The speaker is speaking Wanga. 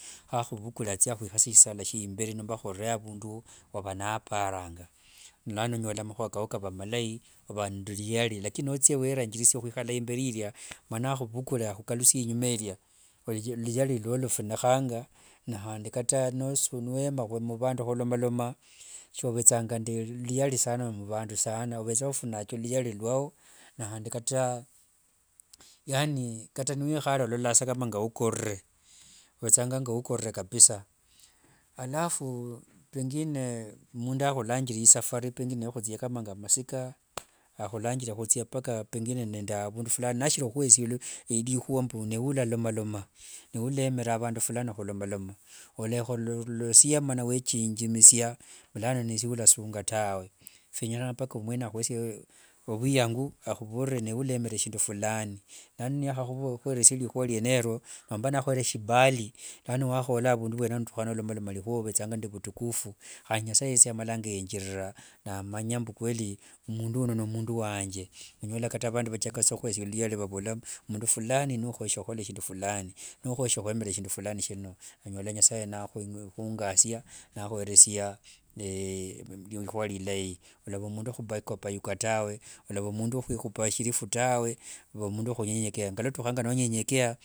Khakhuvukure athie akhwe sisala siamberi siava naparanga, nomba akhure avundu wava naparanga lano onyola makhuwa kao kava malayi, ova nde luyari lakini nothia weranjirisia khwikhala amberi eria, mana akhuvukule akhukalusia inyuma eria luyari luawo lufunikhanga nae khandi kata niwenya muvandu khulomaloma, sovethanga nde luyari sanaa muvandu sana ovethanga ofunake, ovethanga ofunake luyari lwao nikhandi kata, yaani niwikhare ololanga saa ngaukorere, ovethanga ngaukorere kabisa alafu pengine mundu akhulanjire isafari pengine yokhuthia aundi ngamasika, akhulanjire mpaka nende avundu fulani nashiri khukhweresia rikhuwa mbu newe ulalomaloma, newe ulemera avandu fulani khulomaloma, olekhololosia mana wechinjimisia vulano nesye ulasunga ulasunga tawe, phienyekhana ga mpaka mwene akhweresie ovweyango, akhuvorere newe ulemera shindu fulani nomba nakhwere nakhwere shibali lano nokhatukha wokhola avundu fulani lano notukha nolomaloma rikhuwa ovethanga nde vutukufu, khandi nyasaye yesi amalanga yenjirira namanja mbu kweli mundu uno nomundu wanje, onyola vandi vanza saa khukhwa luyari vavola mundu fulani nokhoyeshe khukhola shindu fulani nukhoyeshere khwemera shindu fulani shino, nonyola nasaye nakhungasia nakhuweresia rikhuwa rilayi, olava mundu wokhupayuka payuka tawe, olava mundu wokhwikhupa shirifu tawe, va omundu wokhunyenyekea kata ngotukhanga nonyenyekeya.